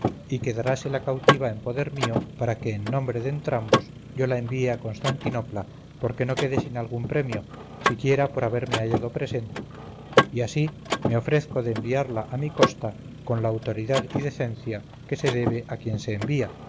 y quedaráse la cautiva en poder mío para que en nombre de entrambos yo la envíe a constantinopla porque no quede sin algún premio siquiera por haberme hallado presente y así me ofrezco de enviarla a mi costa con la autoridad y decencia que se debe a quien se envía